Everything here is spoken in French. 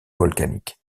volcanique